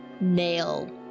nail